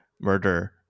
murder